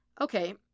Okay